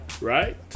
Right